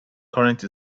current